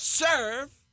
Serve